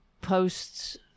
posts